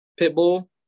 Pitbull